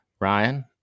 Ryan